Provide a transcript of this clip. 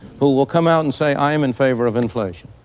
who will come out and say, i am in favor of inflation.